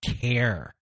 care